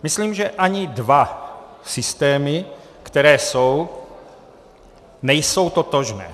Myslím, že ani dva systémy, které jsou, nejsou totožné.